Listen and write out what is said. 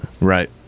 Right